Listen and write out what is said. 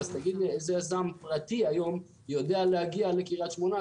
תגיד לי איזה יזם פרטי היום יודע להגיע לקריית שמונה,